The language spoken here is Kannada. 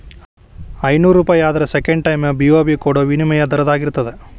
ಐನೂರೂಪಾಯಿ ಆದ್ರ ಸೆಕೆಂಡ್ ಟೈಮ್.ಬಿ.ಒ.ಬಿ ಕೊಡೋ ವಿನಿಮಯ ದರದಾಗಿರ್ತದ